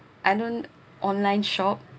I don't online shop